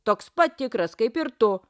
toks pat tikras kaip ir tu